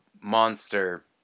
monster